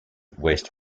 west